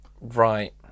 right